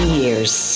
years